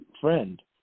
Friend